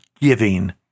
giving